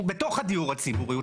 הוא בתוך הדיור הציבורי,